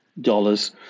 dollars